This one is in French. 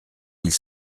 mille